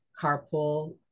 carpool